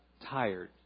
tired